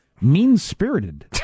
mean-spirited